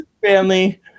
Family